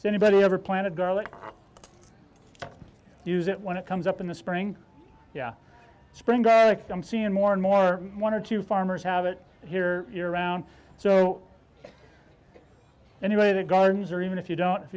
so anybody ever planted garlic use it when it comes up in the spring yeah spring like i'm seeing more and more one or two farmers have it here year round so anyway the gardens are even if you don't if